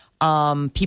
people